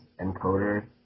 encoder